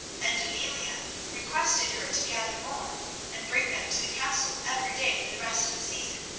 and amelia requested her to gather more and bring them to the castle every day for the rest of the season.